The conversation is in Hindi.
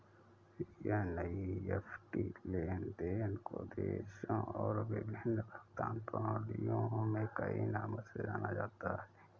एन.ई.एफ.टी लेन देन को देशों और विभिन्न भुगतान प्रणालियों में कई नामों से जाना जाता है